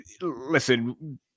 listen